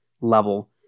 level